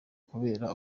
kubera